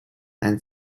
and